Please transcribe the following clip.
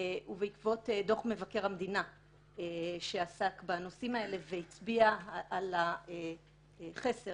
ובעקבות דוח מבקר המדינה שעסק בנושאים האלה והצביע על החסר